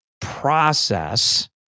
process